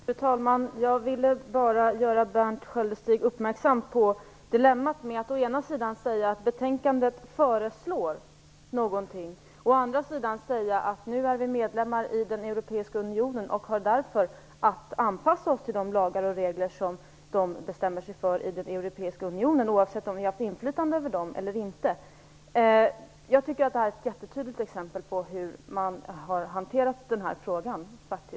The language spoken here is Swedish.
Fru talman! Jag vill bara göra Berndt Sköldestig uppmärksam på dilemmat med att å ena sidan säga att betänkandet föreslår någonting, och å den andra säga att vi nu är medlemmar i den europeiska unionen och därför har att anpassa oss till de lagar och regler man där bestämmer sig för - oavsett om vi har haft inflytande över dem eller inte. Jag tycker att detta är ett jättetydligt exempel på hur man har hanterat den här frågan.